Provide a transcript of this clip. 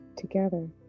together